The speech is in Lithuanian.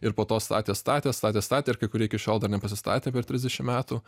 ir po to statė statė statė statė ir kai kurie iki šiol dar nepasistatė per trisdešimt metų